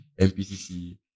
MPCC